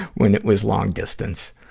when it was long distance.